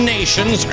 Nations